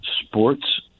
sports